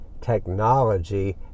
technology